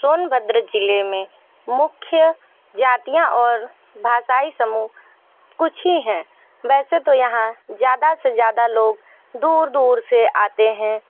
सोनभद्र ज़िले में मुख्य जातियाँ और भाषाई समूह कुछ ही हैं वैसे तो यहाँ ज़्यादा से ज़्यादा लोग दूर दूर से आते हैं